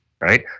right